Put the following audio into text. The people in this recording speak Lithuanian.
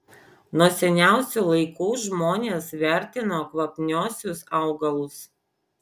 nuo seniausių laikų žmonės vertino kvapniuosius augalus